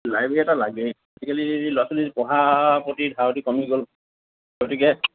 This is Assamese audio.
লাইব্ৰেৰী এটা লাগে আজিকালি যদি ল'ৰা ছোৱালী পঢ়াৰ প্ৰতি ধাউতি কমি গ'ল গতিকে